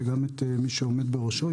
וגם את מי שעומד בראשו,